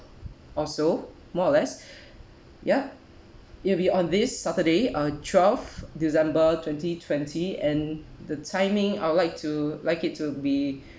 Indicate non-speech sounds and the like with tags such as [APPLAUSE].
or so more or less [BREATH] yup it'll be on this saturday uh twelve december twenty twenty and the timing I would like to like it to be